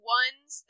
ones